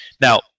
Now